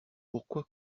pourquoi